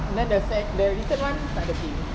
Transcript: then the sec~ the recent one takde theme